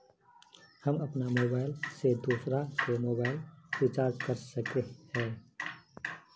हम अपन मोबाईल से दूसरा के मोबाईल रिचार्ज कर सके हिये?